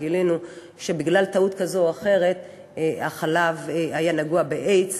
שגילינו שבגלל טעות כזאת או אחרת החלב היה נגוע באיידס